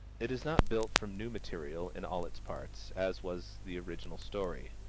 it is not built from new material in all its parts, as was the original story.